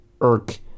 irk